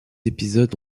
épisodes